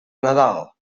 nadal